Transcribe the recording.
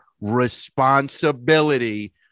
responsibility